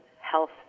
health